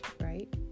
right